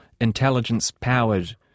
intelligence-powered